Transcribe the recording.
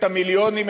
את המיליונים,